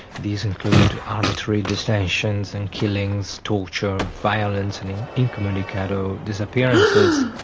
these include arbitrary detentions and killings, torture, violence and and incommunicado disappearances.